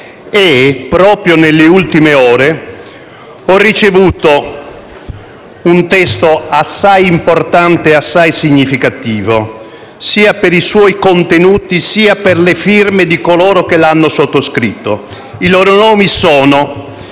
Proprio nelle ultime ore ho ricevuto un testo assai importante e significativo sia per i suoi contenuti che per le firme di coloro che l'hanno sottoscritto. I loro nomi sono